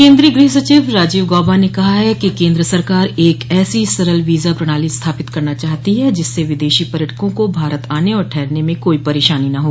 केन्द्रीय गृह सचिव राजीव गॉबा ने कहा है कि केन्द्र सरकार एक ऐसी सरल वीजा प्रणाली स्थापित करना चाहती है जिससे विदेशी पर्यटकों को भारत आने और ठहरने में कोई परेशानी न हो